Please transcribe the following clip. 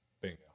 Bingo